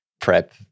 prep